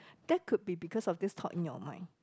that could be because of this thought in your mind